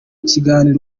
kiganiro